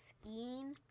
skiing